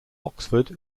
oxford